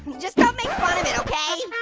just don't make fun of it, okay?